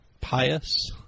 pious